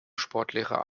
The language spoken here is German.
sportlehrer